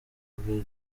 bwe